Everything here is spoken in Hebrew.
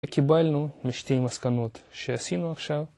וקיבלנו משתי מסקנות שעשינו עכשיו